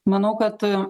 manau kad